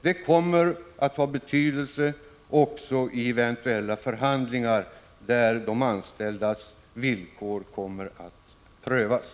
Det kommer att få betydelse också i eventuella förhandlingar, där de anställdas villkor kommer att prövas.